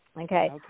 Okay